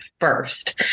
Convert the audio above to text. first